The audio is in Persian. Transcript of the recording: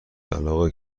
علاقهای